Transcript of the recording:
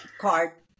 card